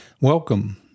Welcome